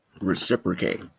reciprocate